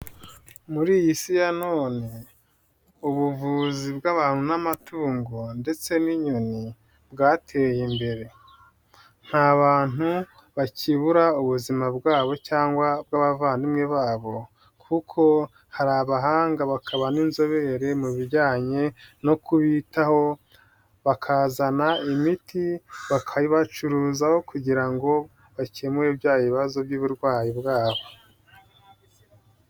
Muri iyi si ya none ubuvuzi bw'abantu n'amatungo, ndetse n'inyoni bwateye imbere. Nta bantu bakibura ubuzima bwabo cyangwa bw'abavandimwe babo, kuko hari abahanga bakaba n'inzobere mu bijyanye no kubitaho, bakazana imiti bakayibacuruzaho kugira ngo bakemure bya bibazo by'uburwayi bwabo.